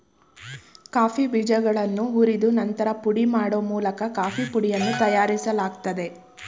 coffee ಬೀಜಗಳನ್ನು ಹುರಿದು ನಂತರ ಪುಡಿ ಮಾಡೋ ಮೂಲಕ ಕಾಫೀ ಪುಡಿಯನ್ನು ತಯಾರಿಸಲಾಗ್ತದೆ